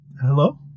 Hello